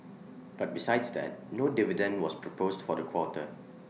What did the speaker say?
but besides that no dividend was proposed for the quarter